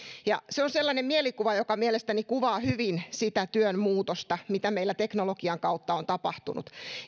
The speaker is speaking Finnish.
se on sellainen mielikuva joka mielestäni kuvaa hyvin sitä työn muutosta mikä meillä teknologian kautta on tapahtunut